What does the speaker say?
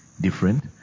different